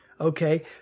Okay